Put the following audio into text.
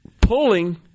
pulling